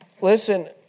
listen